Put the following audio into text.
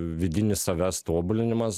vidinis savęs tobulinimas